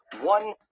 one